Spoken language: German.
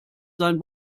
sein